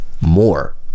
more